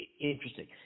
interesting